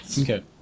Okay